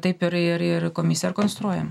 taip ir ir komisija ir konstruojama